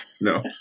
no